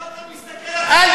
אבל מה אתה מסתכל לצד הזה?